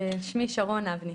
שמי שרון אבני,